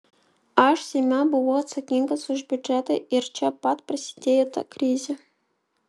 aš seime buvau atsakingas už biudžetą ir čia pat prasidėjo ta krizė